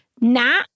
Nat